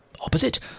Opposite